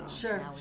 Sure